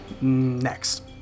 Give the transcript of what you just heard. Next